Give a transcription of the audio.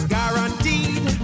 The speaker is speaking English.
Guaranteed